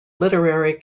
literary